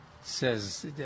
Says